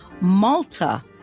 Malta